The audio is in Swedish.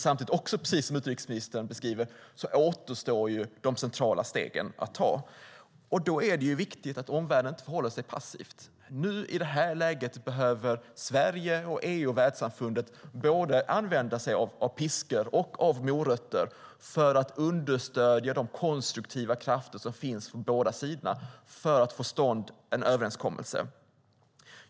Samtidigt, precis som utrikesministern beskriver, återstår dock de centrala stegen. Då är det viktigt att omvärlden inte förhåller sig passiv. I det här läget behöver Sverige, EU och världssamfundet använda både piskor och morötter för att understödja de konstruktiva krafter som finns på båda sidor för att få till stånd en överenskommelse.